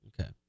Okay